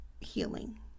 healing